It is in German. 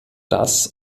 das